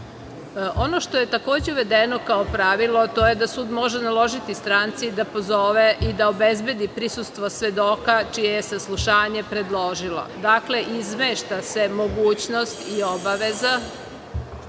što je takođe uvedeno kao pravilo, to je da sud može naložiti stranci da pozove i da obezbedi prisustvo svedoka čije je saslušanje predložila. Dakle, izmešta se mogućnost i obaveza